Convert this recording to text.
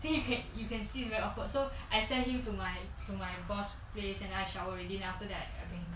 then you can you can see it very awkward so I sent him to my to my boss place and I shower already after that